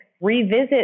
revisit